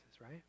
right